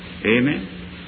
Amen